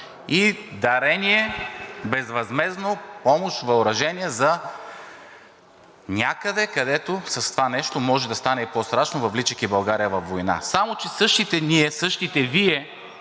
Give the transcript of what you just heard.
и дарение безвъзмездно, помощ, въоръжение за някъде, където с това нещо може да стане и по-страшно, въвличайки България във война. Само че същите ние, същите Вие